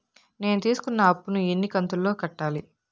నేను తీసుకున్న అప్పు ను ఎన్ని కంతులలో కట్టాలి?